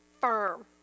firm